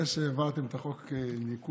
זה שהעברתם את חוק הניקוז,